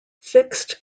fixed